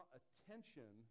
attention